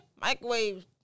Microwave